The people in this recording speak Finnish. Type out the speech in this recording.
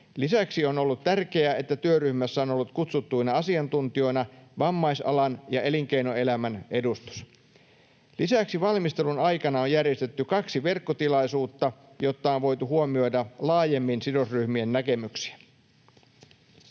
Lisäksi on ollut tärkeää, että työryhmässä on ollut kutsuttuina asiantuntijoina vammaisalan ja elinkeinoelämän edustus. Lisäksi valmistelun aikana on järjestetty kaksi verkkotilaisuutta, jotta on voitu huomioida laajemmin sidosryhmien näkemyksiä.